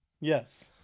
yes